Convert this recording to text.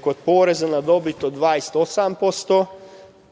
kod poreza na dobit od 28%